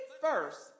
first